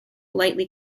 lightly